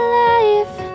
life